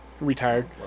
Retired